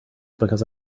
because